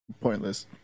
Pointless